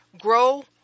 grow